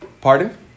Pardon